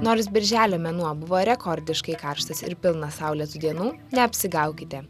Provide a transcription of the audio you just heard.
nors birželio mėnuo buvo rekordiškai karštas ir pilna saulėtų dienų neapsigaukite